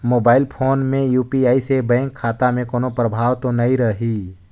Mobile phone मे UPI से bank खाता मे कोनो प्रभाव तो नइ रही?